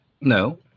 No